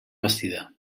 bastida